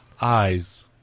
Eyes